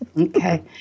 Okay